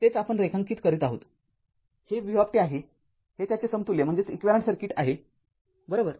तेच आपण रेखांकित करीत आहोत हे v आहे हे त्याचे समतुल्य सर्किट आहे बरोबर